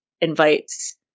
invites